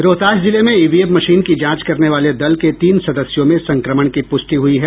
रोहतास जिले में EVM machine की जांच करने वाले दल के तीन सदस्यों में संक्रमण की पुष्टि हुई है